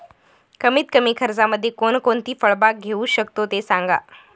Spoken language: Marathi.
कमीत कमी खर्चामध्ये कोणकोणती फळबाग घेऊ शकतो ते सांगा